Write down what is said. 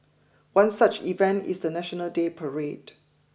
one such event is the National Day parade